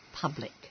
public